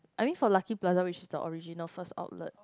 I mean for Lucky Plaza which is the original first outlet